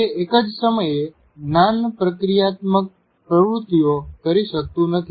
તે એકજ સમયે જ્ઞાન પ્રક્રિયાત્મક પ્રવૃત્તિઓ કરી શકતું નથી